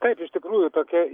tai iš tikrųjų tokia